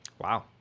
Wow